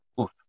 Oof